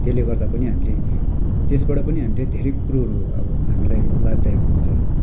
त्यसले गर्दा पनि हामीले त्यसबाट पनि हामीले धेरै कुरोहरू अब हामीलाई लाभदायक हुन्छ